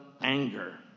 anger